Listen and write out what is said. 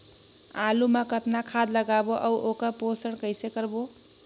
आलू मा कतना खाद लगाबो अउ ओकर पोषण कइसे करबो?